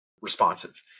responsive